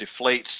deflates